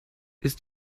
ist